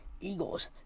Eagles